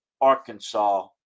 Arkansas